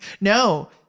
no